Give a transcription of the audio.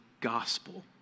gospel